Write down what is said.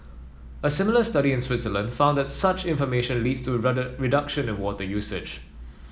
a similar study in Switzerland found that such information leads to reduction in water usage